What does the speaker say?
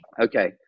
Okay